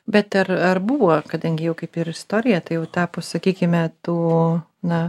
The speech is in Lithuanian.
bet ar ar buvo kadangi jau kaip ir istorija tai jau tapo sakykime tu na